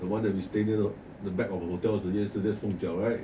the one you stay near the back of the hotel is the 夜市 that's feng jiao right